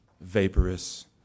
vaporous